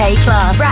K-Class